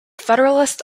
federalist